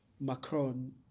Macron